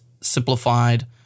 simplified